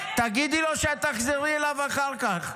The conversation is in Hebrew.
אני מדברת --- תגידי לו שאת תחזרי אליו אחר כך.